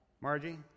Margie